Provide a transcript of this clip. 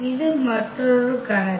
இது மற்றொரு கணக்கு